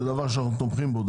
זה דבר שאנחנו תומכים בו.